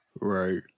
Right